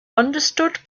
understood